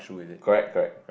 correct correct